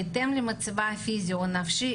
בהתאם למצבה הפיזי או הנפשי,